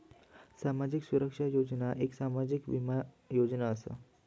सामाजिक सुरक्षा योजना एक सामाजिक बीमा योजना असा